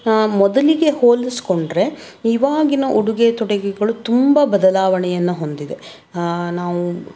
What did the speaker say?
ಮೊದಲಿಗೆ ಹೋಲಿಸ್ಕೊಂಡ್ರೆ ಈವಾಗಿನ ಉಡುಗೆ ತೊಡುಗೆಗಳು ತುಂಬ ಬದಲಾವಣೆಯನ್ನು ಹೊಂದಿದೆ ನಾವು